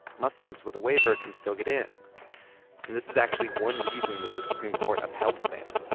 muslims with a waiver can still get in. and this is actually one reason that the supreme court upheld the ban.